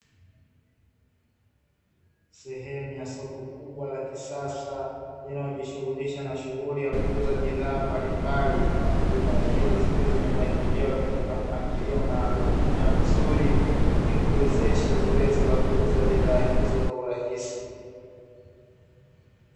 Sehemu ya soko kubwa la kisasa linalojishughulisha na shughuli ya kuuza bidhaa mbalimbali. Bidhaa hizo zikiwa zimepangiliwa katika mpangilio maalumu na mzuri, ili kuwezesha zoezi la kuuza bidhaa hizo kwa urahisi.